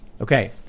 Okay